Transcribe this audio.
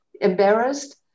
embarrassed